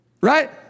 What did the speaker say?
Right